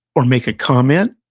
or make a comment